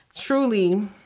truly